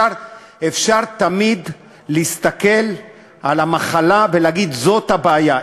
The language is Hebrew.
אפשר תמיד להסתכל על המחלה ולהגיד: זאת הבעיה.